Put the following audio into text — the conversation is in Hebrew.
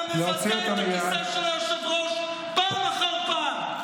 אתה מבזה את הכיסא של היושב-ראש פעם אחר פעם.